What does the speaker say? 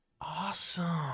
Awesome